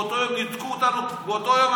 באותו יום ניתקו אותנו מהמערכות,